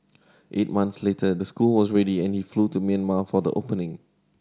eight month later the school was ready and he flew to Myanmar for the opening